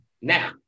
now